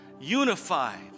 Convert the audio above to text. unified